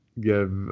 give